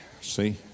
See